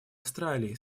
австралии